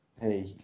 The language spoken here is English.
Hey